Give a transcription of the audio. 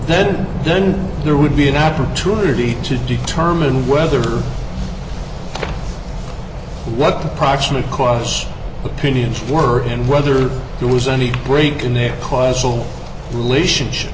then then there would be an opportunity to determine whether what the proximate cause opinions were and whether there was any break in their causal relationship